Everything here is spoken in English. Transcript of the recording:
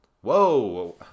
whoa